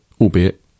albeit